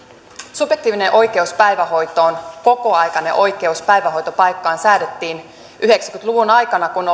subjektiivinen oikeus päivähoitoon kokoaikainen oikeus päivähoitopaikkaan säädettiin yhdeksänkymmentä luvun aikana kun